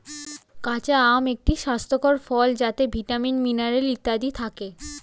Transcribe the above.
কাঁচা আম একটি স্বাস্থ্যকর ফল যাতে ভিটামিন, মিনারেল ইত্যাদি থাকে